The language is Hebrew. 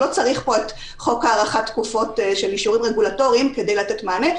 לא צריך פה את חוק הארכת תקופות של אישורים רגולטוריים כדי לתת מענה.